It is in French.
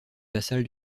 vassal